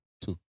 two